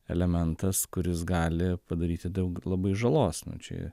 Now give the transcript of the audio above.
elementas kuris gali padaryti daug labai žalos nu čia